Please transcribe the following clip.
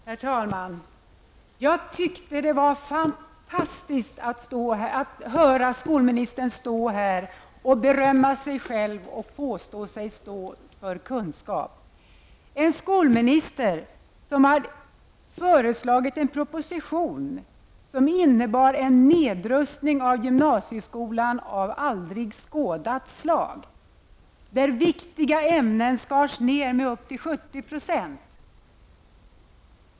Herr talman! Jag tyckte det var fantstiskt att höra statsrådet stå här och berömma sig själv och påstå att han står för kunskap. Det gör också ett statsråd som har lagt fram en proposition som innebar en nedrustning av gymnasieskolan av aldrig skådat slag. Viktiga ämnen skars ned med upp till 70 %.